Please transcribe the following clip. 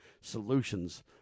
solutions